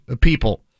people